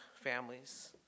families